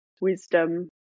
wisdom